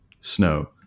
snow